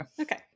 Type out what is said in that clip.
okay